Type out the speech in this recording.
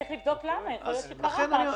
צריך לבדוק למה, יכול להיות שקרה משהו.